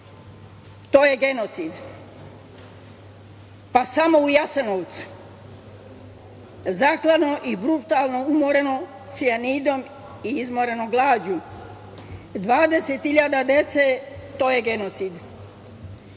To je genocid. Samo u Jasenovcu je zaklano i brutalno umoreno cijanidom i izmoreno glađu 20.000 dece. To je genocid. Ja